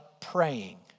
praying